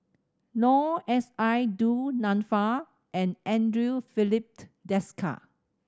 Noor S I Du Nanfa and Andre Filipe Desker